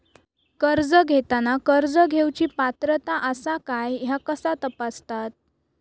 कर्ज घेताना कर्ज घेवची पात्रता आसा काय ह्या कसा तपासतात?